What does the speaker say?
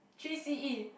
three c_e